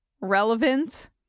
relevant